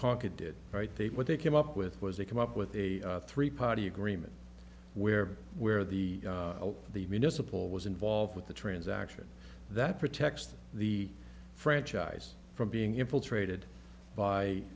conquered did right they what they came up with was they come up with a three party agreement where where the the municipal was involved with the transaction that protects the franchise from being infiltrated by